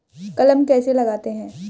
कलम कैसे लगाते हैं?